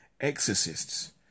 exorcists